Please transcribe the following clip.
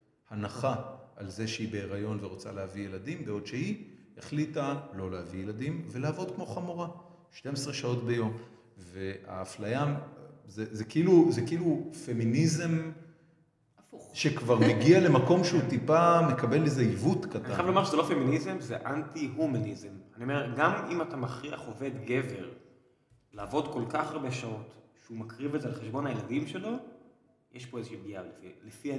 הנחה על זה שהיא בהיריון ורוצה להביא ילדים, בעוד שהיא החליטה לא להביא ילדים, ולעבוד כמו חמורה 12 שעות ביום. וההפלייה זה כאילו פמיניזם שכבר מגיע למקום שהוא טיפה מקבל איזה עיוות קטן. אני חייב לומר שזה לא פמיניזם זה אנטי-הומניזם, אני אומר גם אם אתה מכריח עובד גבר לעבוד כל כך הרבה שעות שהוא מקריב את זה על חשבון הילדים שלו, יש פה איזושהי פגיעה לפי...